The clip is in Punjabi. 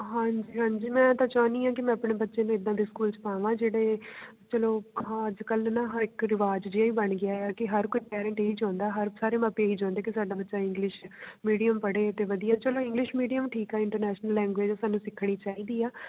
ਹਾਂਜੀ ਹਾਂਜੀ ਮੈਂ ਤਾਂ ਚਾਹੁੰਦੀ ਹਾਂ ਕਿ ਮੈਂ ਆਪਣੇ ਬੱਚੇ ਨੂੰ ਇੱਦਾਂ ਦੇ ਸਕੂਲ 'ਚ ਪਾਵਾਂ ਜਿਹੜੇ ਚਲੋ ਆਹਾ ਅੱਜ ਕੱਲ੍ਹ ਨਾ ਆਹਾ ਇੱਕ ਰਿਵਾਜ਼ ਜਿਹਾ ਹੀ ਬਣ ਗਿਆ ਆ ਕਿ ਹਰ ਕੋਈ ਪੇਰੈਂਟ ਇਹੀ ਚਾਹੁੰਦਾ ਹਰ ਸਾਰੇ ਮਾਪੇ ਇਹੀ ਚਾਹੁੰਦੇ ਕਿ ਸਾਡਾ ਬੱਚਾ ਇੰਗਲਿਸ਼ ਮੀਡੀਅਮ ਮੀਡੀਅਮ ਪੜ੍ਹੇ ਅਤੇ ਵਧੀਆ ਚਲੋ ਇੰਗਲਿਸ਼ ਮੀਡੀਅਮ ਮੀਡੀਅਮ ਠੀਕ ਆ ਇੰਟਰਨੈਸ਼ਨਲ ਲੈਂਗੂਏਜ਼ ਉਹ ਸਾਨੂੰ ਸਿੱਖਣੀ ਚਾਹੀਦਾ ਆ